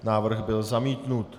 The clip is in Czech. Návrh byl zamítnut.